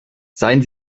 seien